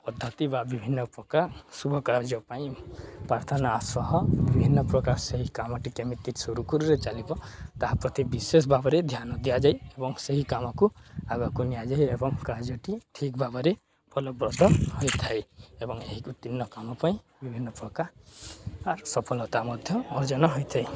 ପଦ୍ଧତି ବା ବିଭିନ୍ନପ୍ରକାର ଶୁଭ କାର୍ଯ୍ୟ ପାଇଁ ପ୍ରାର୍ଥନା ସହ ବିଭିନ୍ନପ୍ରକାର ସେହି କାମଟି କେମିତି ସୁରୁଖୁରୁରେ ଚାଲିବ ତାହା ପ୍ରତି ବିଶେଷ ଭାବରେ ଧ୍ୟାନ ଦିଆଯାଏ ଏବଂ ସେହି କାମକୁ ଆଗକୁ ନିଆଯାଏ ଏବଂ କାର୍ଯ୍ୟଟି ଠିକ୍ ଭାବରେ ଫଳପ୍ରଦ ହୋଇଥାଏ ଏବଂ ଏହି କାମ ପାଇଁ ବିଭିନ୍ନପ୍ରକାର ସଫଳତା ମଧ୍ୟ ଅର୍ଜନ ହୋଇଥାଏ